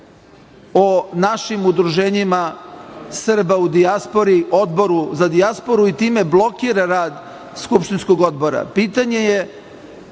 o našim udruženjima Srba u dijaspori Odboru za dijasporu i time blokira rad skupštinskog odbora. Pitanje je